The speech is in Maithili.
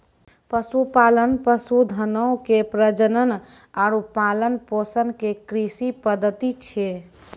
पशुपालन, पशुधनो के प्रजनन आरु पालन पोषण के कृषि पद्धति छै